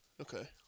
Okay